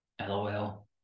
LOL